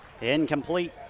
incomplete